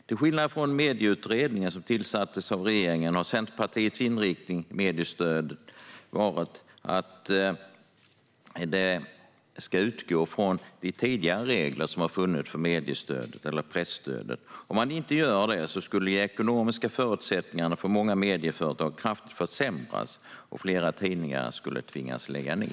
Till skillnad från den medieutredning som tillsattes av regeringen har Centerpartiets inriktning vad gäller mediestöd varit att detta ska utgå från de tidigare regler som har funnits för mediestödet, eller presstödet. Om man inte gör på detta vis skulle de ekonomiska förutsättningarna för många medieföretag kraftigt försämras, och flera tidningar skulle tvingas lägga ned.